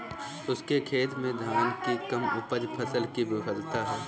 उसके खेत में धान की कम उपज फसल की विफलता है